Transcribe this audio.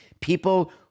people